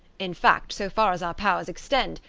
in fact, so far as our powers extend,